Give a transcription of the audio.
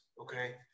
okay